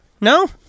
No